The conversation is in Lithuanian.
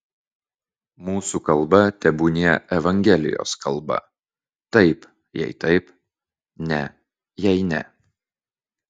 mūsų kalba tebūnie evangelijos kalba taip jei taip ne jei ne